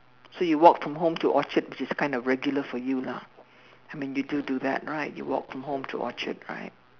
so you walked from home to Orchard which is kind of regular for you lah I mean you do do that right you walk from home to Orchard right